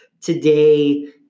today